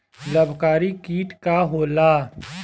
लाभकारी कीट का होला?